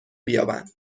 بیابند